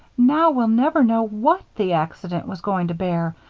now we'll never know what the accident was going to bear,